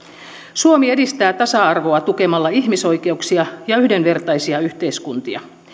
suomi edistää tasa arvoa tukemalla ihmisoikeuksia ja yhdenvertaisia yhteiskuntia